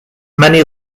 many